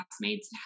classmates